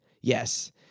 Yes